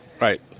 right